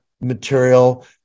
material